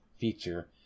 feature